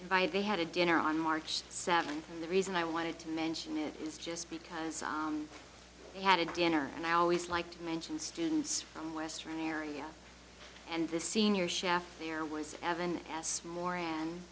they had a dinner on march seventh and the reason i wanted to mention it is just because i had a dinner and i always like to mention students from western area and the senior chef there was evan as more and